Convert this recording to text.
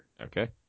Okay